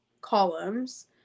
columns